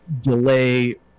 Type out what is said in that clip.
delay